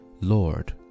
Lord